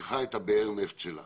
צריכה את באר הנפט שלה